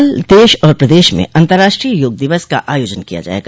कल देश और प्रदश में अंतर्राष्ट्रीय योग दिवस का आयोजन किया जायेगा